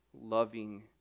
loving